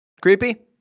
Creepy